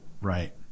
Right